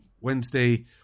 Wednesday